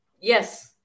Yes